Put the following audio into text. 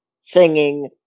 singing